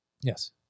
Yes